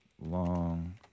long